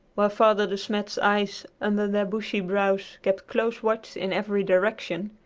while father de smet's eyes, under their bushy brows, kept close watch in every direction,